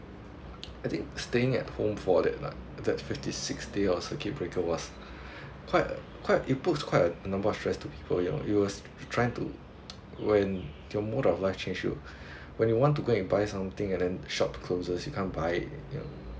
I think staying at home for that like that fifty six days of circuit breaker was quite a quite it put quite a number of stress to people you know it was trying to when the mode of life change to when you want to go buy something and then shop closes you can't buy it you know